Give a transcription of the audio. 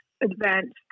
advanced